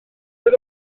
oedd